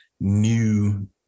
new